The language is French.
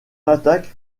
attaque